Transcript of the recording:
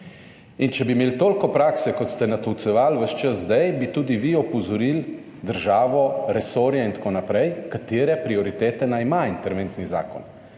In če bi imeli toliko prakse, kot ste natolcevali ves čas zdaj, bi tudi vi opozorili državo, resorje in tako naprej katere prioritete naj ima interventni zakon.